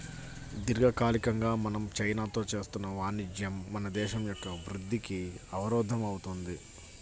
దీర్ఘకాలికంగా మనం చైనాతో చేస్తున్న వాణిజ్యం మన దేశం యొక్క వృద్ధికి అవరోధం అవుతుంది